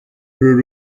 uru